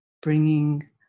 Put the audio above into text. bringing